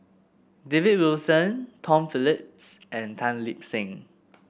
David Wilson Tom Phillips and Tan Lip Seng